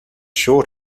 sure